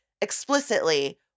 explicitly